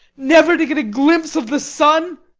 never to get a glimpse of the sun!